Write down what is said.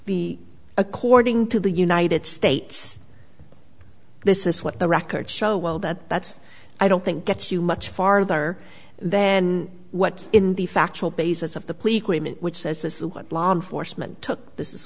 the according to the united states this is what the records show well that that's i don't think gets you much farther then what in the factual basis of the police which says this is